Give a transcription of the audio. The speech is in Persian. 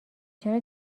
چرا